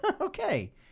okay